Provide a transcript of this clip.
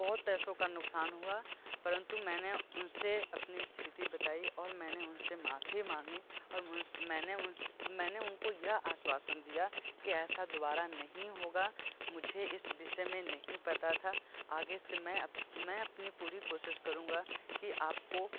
बहुत पैसों का नुकसान हुआ परंतु मैंने उनसे अपनी स्थिति बताई और मैंने उनसे मॉफ़ी मांगी और मु मैंने उनको मैंने उनको यह आश्वासन दिया कि ऐसा दोबारा नहीं होगा मुझे इस विषय में नहीं पता था आगे से मैं अप मैं अपनी पूरी कोशिश करूँगा कि आप को